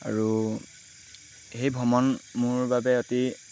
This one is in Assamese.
আৰু সেই ভ্ৰমণ মোৰ বাবে অতি